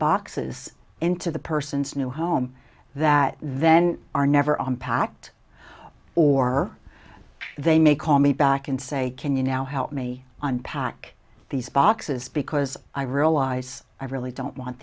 boxes into the person's new home that then are never on packed or they may call me back and say can you now help me unpack these boxes because i realize i really don't want